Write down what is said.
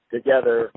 together